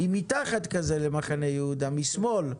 היא מתחת כזה למחנה יהודה, משמאל.